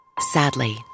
sadly